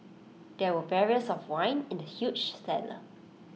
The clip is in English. there were barrels of wine in the huge cellar